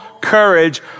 courage